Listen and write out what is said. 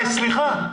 סליחה.